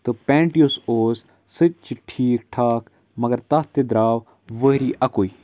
تہٕ پٮ۪نٛٹ یُس اوس سُہ تہِ چھِ ٹھیٖک ٹھاک مگر تَتھ تہِ درٛاو ؤری اَکُے